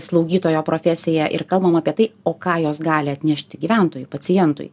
slaugytojo profesiją ir kalbam apie tai o ką jos gali atnešti gyventojui pacientui